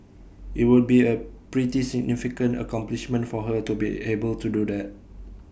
IT would be A pretty significant accomplishment for her to be able to do that